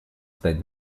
стать